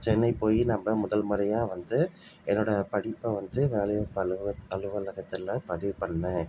சென்னை போய் நம்ம முதல்முறையாக வந்து என்னோட படிப்பை வந்து வேலைவாய்ப்பு அலுவகத்தில அலுவலகத்தில் பதிவு பண்ணேன்